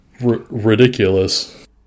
ridiculous